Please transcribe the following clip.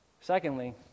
Secondly